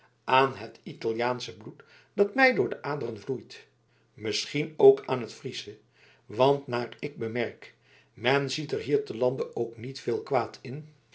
aan het italiaansche bloed dat mij door de aderen vloeit misschien ook aan het friesche want naar ik bemerk men ziet er hier te lande ook niet veel kwaad in